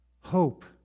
hope